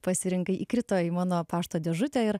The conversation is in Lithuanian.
pasirinkai įkrito į mano pašto dėžutę ir